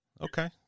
Okay